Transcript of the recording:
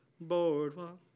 Boardwalk